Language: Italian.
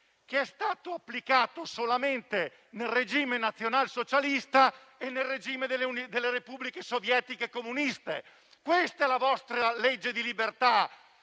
che è stato applicato solamente nel regime nazionalsocialista e in quello delle repubbliche sovietiche comuniste. Questa è la vostra legge di libertà.